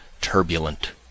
turbulent